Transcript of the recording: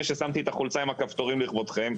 ששמתי את החולצה עם הכפתורים לכבודכם.